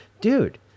Dude